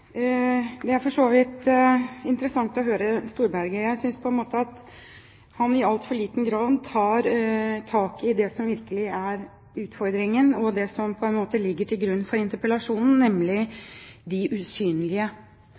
for så vidt interessant å høre Storberget. Jeg synes at han i altfor liten grad tar tak i det som virkelig er utfordringen, og som ligger til grunn for interpellasjonen, nemlig de usynlige,